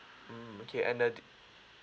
mm okay and then